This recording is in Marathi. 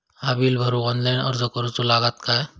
ही बीला भरूक ऑनलाइन अर्ज करूचो लागत काय?